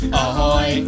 ahoy